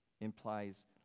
implies